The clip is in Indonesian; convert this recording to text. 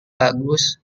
bagus